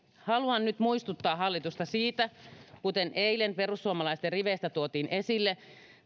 haluan nyt muistuttaa hallitusta siitä että kuten eilen perussuomalaisten riveistä tuotiin esille